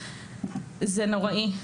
זה נוראי.